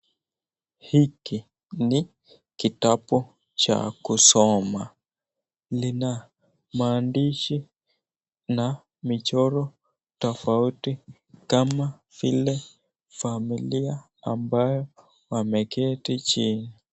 Hiki ni kitabu cha kusoma lina maandishi na michoro tofauti kama vile familia ambao wameketi chini.